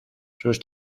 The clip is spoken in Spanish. sus